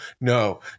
no